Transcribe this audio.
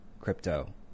crypto